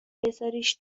بزاریش